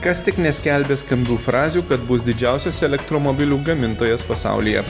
kas tik neskelbia skambių frazių kad bus didžiausias elektromobilių gamintojas pasaulyje